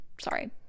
Sorry